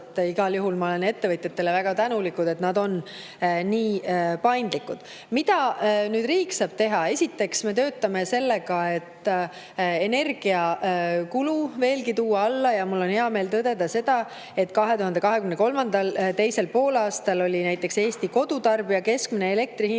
Igal juhul ma olen ettevõtjatele väga tänulik, et nad on nii paindlikud. Mida riik saab teha? Esiteks, me töötame selle nimel, et energiakulu veelgi alla tuua. Mul on hea meel tõdeda, et 2023. aasta teisel poolaastal oli Eesti kodutarbija keskmine elektri hind